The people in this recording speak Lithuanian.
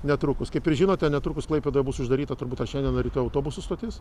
netrukus kaip ir žinote netrukus klaipėdoje bus uždaryta turbūt dar šiandien ryte autobusų stotis